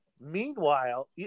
Meanwhile